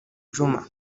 juma